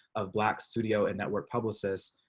of black studio and network publicist